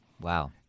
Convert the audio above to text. Wow